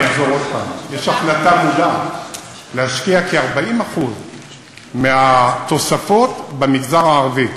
אחזור עוד פעם: יש החלטה מודעת להשקיע כ-40% מהתוספות במגזר הערבי,